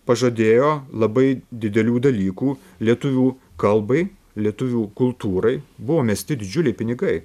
pažadėjo labai didelių dalykų lietuvių kalbai lietuvių kultūrai buvo mesti didžiuliai pinigai